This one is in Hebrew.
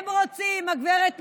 הם רוצים, הגב' מיכאלי,